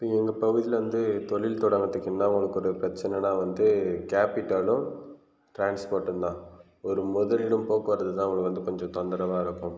இப்போது எங்கள் பகுதியில் வந்து தொழில் தொடங்கிறதுக்கு என்ன உங்களுக்கு ஒரு பிரச்சினைன்னா வந்து கேப்பிட்டலும் ட்ரான்ஸ்போர்ட்டும் தான் ஒரு முதலீடும் போக்குவரத்தும் தான் உங்களுக்கு வந்து கொஞ்சம் தொந்தரவாக இருக்கும்